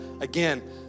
again